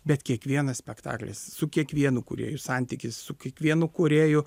bet kiekvienas spektaklis su kiekvienu kūrėju santykis su kiekvienu kūrėju